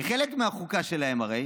כי חלק מהחוקה שלהם, הרי